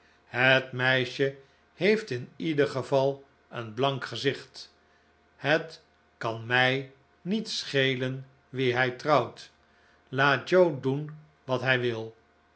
het meisje heeft in ieder geval een blank gezicht het kan mij niet schelen wie hij trouwt laat joe doen wat hij wil